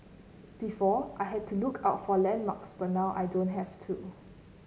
before I had to look out for landmarks but now I don't have to